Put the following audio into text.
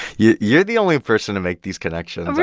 you're you're the only person to make these connections, i